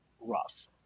rough